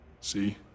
See